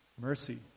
Mercy